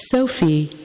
Sophie